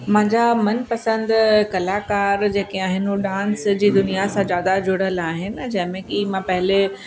मुंहिंजा मनपसंदि कलाकार जेके आहिनि उहो डांस जी दुनिया सां ज्यादा जुड़ियल आहिनि जंहिं में कि मां पहले